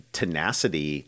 tenacity